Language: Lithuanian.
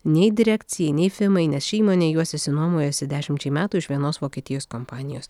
nei direkcijai nei fimai nes ši įmonė juos išsinuomojusi dešimčiai metų iš vienos vokietijos kompanijos